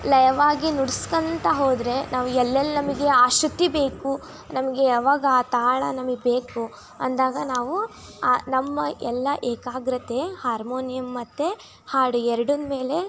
ಲಯವಾಗಿ ನುಡ್ಸ್ಕೊತ್ತಾ ಹೋದರೆ ನಾವು ಎಲ್ಲೆಲ್ಲಿ ನಮಗೆ ಆ ಶ್ರುತಿ ಬೇಕು ನಮಗೆ ಯಾವಾಗ ಆ ತಾಳ ನಮಗ್ ಬೇಕು ಅಂದಾಗ ನಾವು ನಮ್ಮ ಎಲ್ಲ ಏಕಾಗ್ರತೆ ಹಾರ್ಮೋನಿಯಮ್ ಮತ್ತು ಹಾಡು ಎರಡಿನ ಮೇಲೆ